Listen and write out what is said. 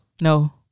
no